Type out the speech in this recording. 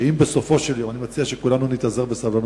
אני מציע שכולנו נתאזר בסבלנות,